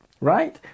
right